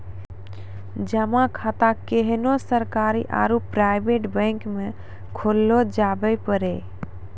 जमा खाता कोन्हो सरकारी आरू प्राइवेट बैंक मे खोल्लो जावै पारै